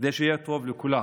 כדי שיהיה טוב לכולם,